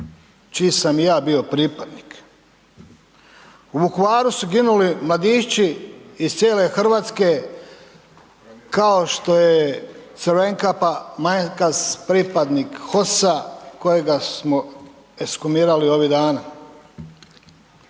čiji sam i ja bio pripadnik. U Vukovaru su ginuli mladići iz cijele Hrvatske kao što je Crvenkapa Manjkasa pripadnik HOS-a kojega smo ekshumirali ovih dana.